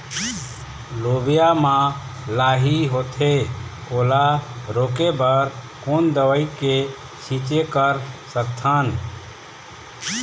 लोबिया मा लाही होथे ओला रोके बर कोन दवई के छीचें कर सकथन?